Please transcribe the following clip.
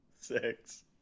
Six